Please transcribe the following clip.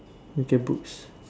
with your books